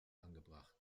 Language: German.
angebracht